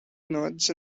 nerds